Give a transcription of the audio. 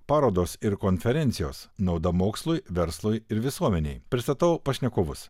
parodos ir konferencijos nauda mokslui verslui ir visuomenei pristatau pašnekovus